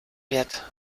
wird